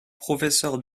professeur